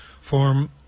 form